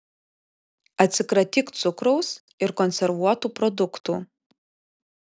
atsikratyk cukraus ir konservuotų produktų